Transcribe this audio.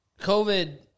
COVID